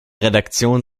redaktion